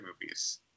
movies